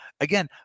again